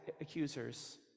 accusers